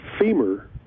femur